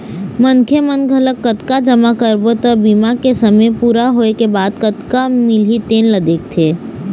मनखे मन घलोक कतका जमा करबो त बीमा के समे पूरा होए के बाद कतका मिलही तेन ल देखथे